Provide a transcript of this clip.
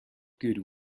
good